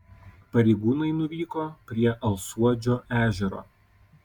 pareigūnai nuvyko prie alsuodžio ežero